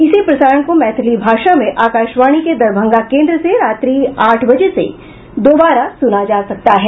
इसी प्रसारण को मैथिली भाषा में आकाशवाणी के दरभंगा केन्द्र से रात्रि आठ बजे से दोबारा सुना जा सकता है